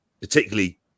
particularly